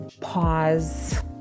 pause